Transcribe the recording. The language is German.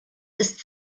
ist